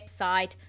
website